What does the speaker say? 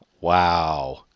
Wow